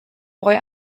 boy